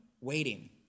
waiting